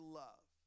love